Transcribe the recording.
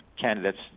candidates